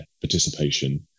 participation